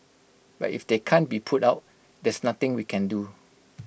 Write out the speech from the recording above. but if they can't be put out there's nothing we can do